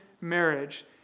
marriage